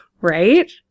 right